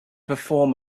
perform